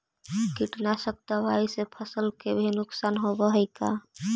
कीटनाशक दबाइ से फसल के भी नुकसान होब हई का?